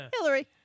Hillary